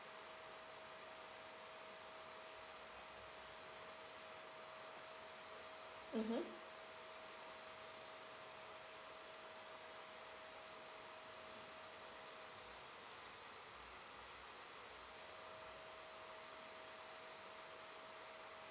mmhmm